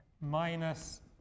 minus